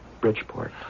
Bridgeport